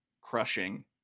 crushing